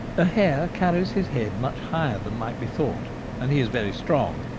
a hare carries his head much higher than might be thought and he is very strong,